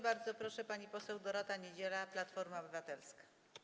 Bardzo proszę, pani poseł Dorota Niedziela, Platforma Obywatelska.